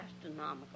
astronomical